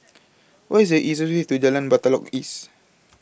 What IS The easiest Way to Jalan Batalong East